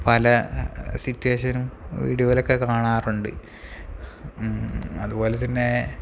പല സിറ്റുവേഷനും വീഡിയോയിലൊക്കെ കാണാറുണ്ട് അതുപോലെ തന്നെ